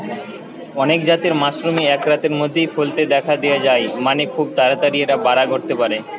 অনেক জাতের মাশরুমই এক রাতের মধ্যেই ফলতে দিখা যায় মানে, খুব তাড়াতাড়ি এর বাড়া ঘটতে পারে